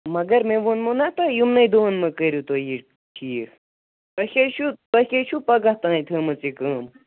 مگر مےٚ ووٚنمو نہ تۄہہِ یِمنٕے دۄہن منز کٔرِو تُہۍ یہِ ٹھیٖک تۄہہِ کیازِ چھو تۄہہِ کیازِ چھو پگہہ تام تھٲمٕژ یہِ کٲم